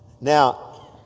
Now